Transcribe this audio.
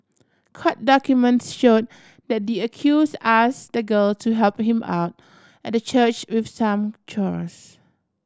court documents show the D accuse ask the girl to help him out at the church with some chores